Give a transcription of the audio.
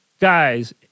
guys